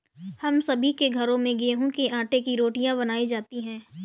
हम सभी के घरों में गेहूं के आटे की रोटियां बनाई जाती हैं